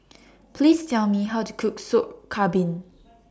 Please Tell Me How to Cook Soup Kambing